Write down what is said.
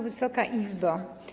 Wysoka Izbo!